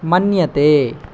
मन्यते